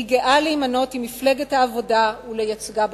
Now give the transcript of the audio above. אני גאה להימנות עם מפלגת העבודה ולייצגה בכנסת.